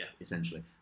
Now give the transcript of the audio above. essentially